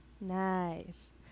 Nice